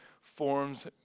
forms